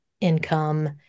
income